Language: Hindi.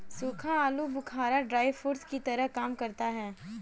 सूखा आलू बुखारा ड्राई फ्रूट्स की तरह काम करता है